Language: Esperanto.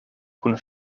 kun